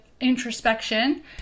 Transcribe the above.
introspection